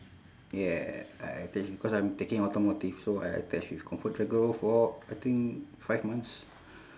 yeah I attach because I'm taking automotive so I attach with comfort del gro for I think five months